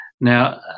Now